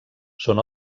són